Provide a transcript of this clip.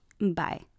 Bye